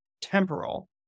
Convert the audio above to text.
temporal